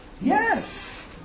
Yes